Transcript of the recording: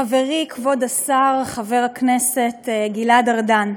חברי כבוד השר חבר הכנסת גלעד ארדן,